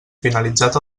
finalitzat